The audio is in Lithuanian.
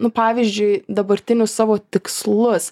nu pavyzdžiui dabartinius savo tikslus